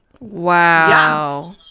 wow